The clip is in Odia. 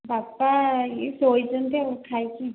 ବାପା ଏଇ ଶୋଇଛନ୍ତି ଆଉ ଖାଇକି